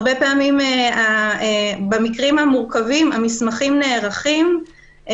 הרבה פעמים במקרים המורכבים המסמכים נערכים,